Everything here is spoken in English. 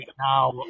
now